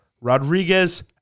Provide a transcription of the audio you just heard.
Rodriguez